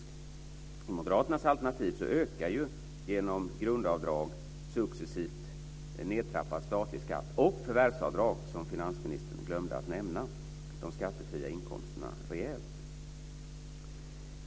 I Moderaternas alternativ ökar genom grundavdrag successivt en nedtrappad statlig skatt och förvärvsavdrag, som finansministern glömde att nämna, de skattefria inkomsterna rejält.